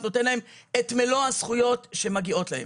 הביטוח הלאומי נותן להם את מלוא הזכויות שמגיעות להם.